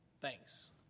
thanks